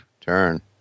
turn